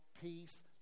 peace